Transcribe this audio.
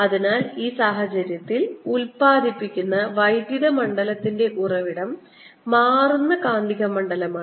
അതിനാൽ ഈ സാഹചര്യത്തിൽ ഉത്പാദിപ്പിക്കുന്ന വൈദ്യുത മണ്ഡലത്തിന്റെ ഉറവിടം മാറുന്ന കാന്തിക മണ്ഡലമാണ്